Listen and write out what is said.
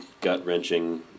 gut-wrenching